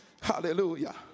Hallelujah